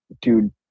dude